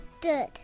Good